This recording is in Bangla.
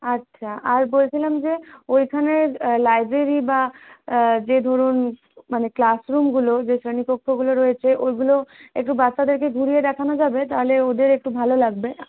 আচ্ছা আর বলছিলাম যে ওইখানের লাইব্রেরি বা যে ধরুন মানে ক্লাসরুমগুলো যে শ্রেণীকক্ষগুলো রয়েছে ওইগুলো একটু বাচ্চাদেরকে ঘুরিয়ে দেখানো যাবে তাহলে ওদের একটু ভালো লাগবে